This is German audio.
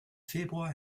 februar